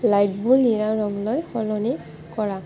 লাইটবোৰ নীলা ৰঙলৈ সলনি কৰা